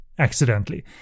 accidentally